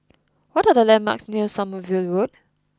what are the landmarks near Sommerville Road